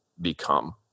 become